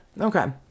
Okay